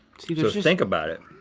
think about it.